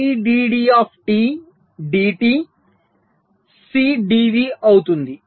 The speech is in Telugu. IDD dt C dV అవుతుంది